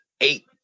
eight